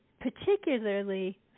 particularly